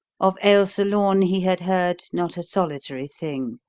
of ailsa lorne he had heard not a solitary thing,